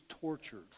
tortured